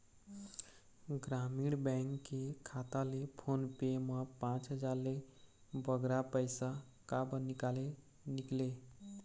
ग्रामीण बैंक के खाता ले फोन पे मा पांच हजार ले बगरा पैसा काबर निकाले निकले?